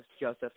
Joseph